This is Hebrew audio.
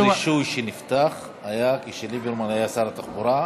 משרד הרישוי שנפתח היה כשליברמן היה שר התחבורה,